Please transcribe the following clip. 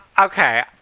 okay